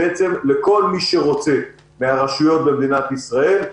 בעצם לכל מי שרוצה מן הרשויות במדינת ישראל,